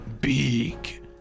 big